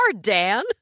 Dan